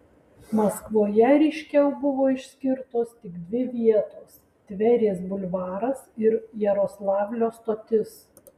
maskvoje ryškiau buvo išskirtos tik dvi vietos tverės bulvaras ir jaroslavlio stotis